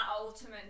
ultimate